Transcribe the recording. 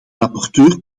rapporteur